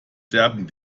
sterben